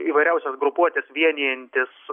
įvairiausias grupuotes vienijantis